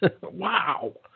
Wow